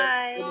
Bye